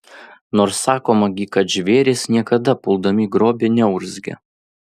nors sakoma gi kad žvėrys niekada puldami grobį neurzgia